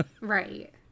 Right